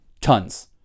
Tons